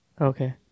Okay